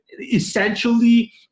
Essentially